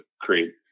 create